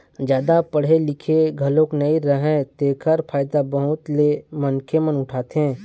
जादा पड़हे लिखे घलोक नइ राहय तेखर फायदा बहुत ले मनखे मन उठाथे